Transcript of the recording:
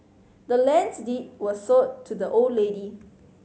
the land's deed was sold to the old lady